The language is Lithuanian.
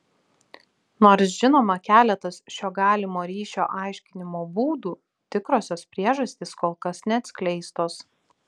nors žinoma keletas šio galimo ryšio aiškinimo būdų tikrosios priežastys kol kas neatskleistos